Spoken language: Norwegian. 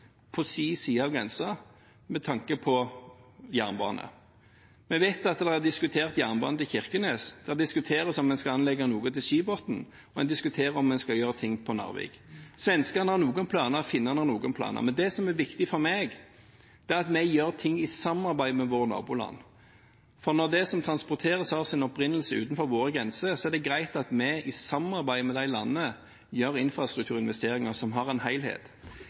på sin side av grensen med tanke på jernbane. Vi vet at de har diskutert jernbane til Kirkenes, det diskuteres om en skal anlegge noe til Skibotn, og en diskuterer om en skal gjøre ting i tilknytning til Narvik. Svenskene har noen planer, og finnene har noen planer. Men det som er viktig for meg, er at vi gjør ting i samarbeid med våre naboland, for når det som transporteres, har sin opprinnelse utenfor våre grenser, er det greit at vi i samarbeid med de landene gjør infrastrukturinvesteringer som har en